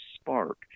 spark